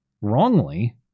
wrongly